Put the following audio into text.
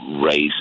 race